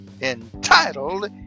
entitled